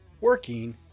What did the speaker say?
working